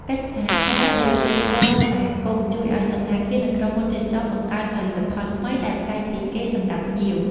កិច្ចសហការលើទេសចរណ៍សហគមន៍ ជួយឱ្យសណ្ឋាគារ និងក្រុមហ៊ុនទេសចរណ៍បង្កើតផលិតផលថ្មីដែលប្លែកពីគេសម្រាប់ភ្ញៀវ។